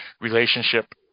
relationship